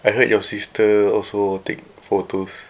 I heard your sister also take photos